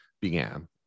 began